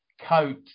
coat